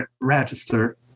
register